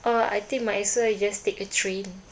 uh I think might as well you just take a train